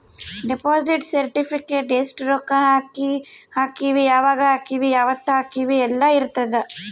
deposit certificate ಎಸ್ಟ ರೊಕ್ಕ ಹಾಕೀವಿ ಯಾವಾಗ ಹಾಕೀವಿ ಯಾವತ್ತ ಹಾಕೀವಿ ಯೆಲ್ಲ ಇರತದ